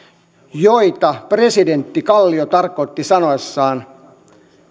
joita presidentti kallio tarkoitti sanoessaan